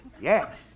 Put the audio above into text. Yes